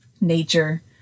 nature